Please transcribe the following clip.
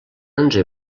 onze